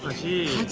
he